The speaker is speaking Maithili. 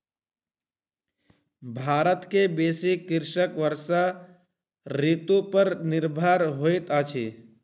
भारत के बेसी कृषक वर्षा ऋतू पर निर्भर होइत अछि